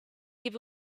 give